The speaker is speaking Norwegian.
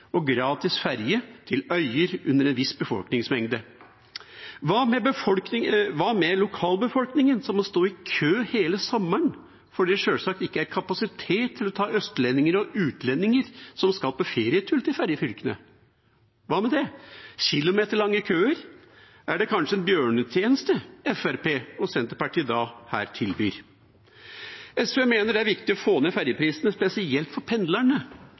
og gratis ferge til øyer under en viss befolkningsmengde. Hva med lokalbefolkningen som må stå i kø hele sommeren fordi det sjølsagt ikke er kapasitet til å ta med østlendinger og utlendinger som skal på ferietur til fergefylkene – hva med det, kilometerlange køer? Er det da kanskje en bjørnetjeneste Fremskrittspartiet og Senterpartiet tilbyr her? SV mener det er viktig å få ned fergeprisene, spesielt for pendlerne,